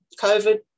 COVID